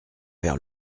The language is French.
vers